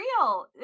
real